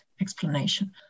explanation